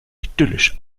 idyllisch